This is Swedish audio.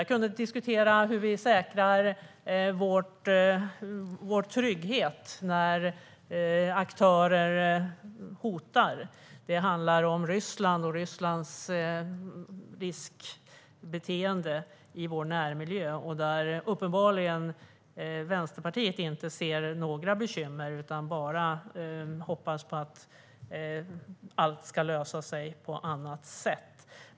Jag skulle kunna diskutera hur vi säkrar vår trygghet när aktörer hotar. Det handlar om Ryssland och Rysslands riskbeteende i vår närmiljö. Vänsterpartiet ser uppenbarligen inte några bekymmer med detta utan hoppas bara på att allt ska lösa sig på annat sätt.